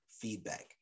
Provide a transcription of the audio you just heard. feedback